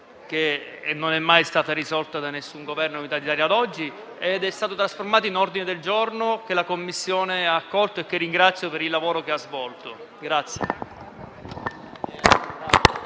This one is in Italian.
che non è mai stata risolta da nessun Governo ad oggi. È stato trasformato in ordine del giorno, che la Commissione ha accolto e che ringrazio per il lavoro svolto.